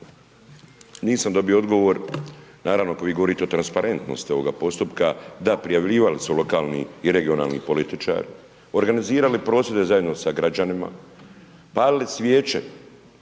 nisam dobio odgovor, naravno kad vi govorite transparentnosti ovoga postupka, da prijavljivali su lokalni i regionalni političari, organizirali prosvjede zajedno sa građanima, palili svijeće